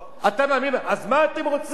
אז מה אתם רוצים?